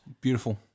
Beautiful